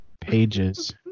Pages